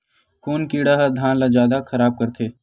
कोन कीड़ा ह धान ल जादा खराब करथे?